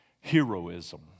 heroism